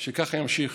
שככה ימשיך.